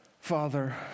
Father